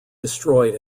destroyed